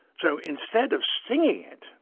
so instead of stinging it,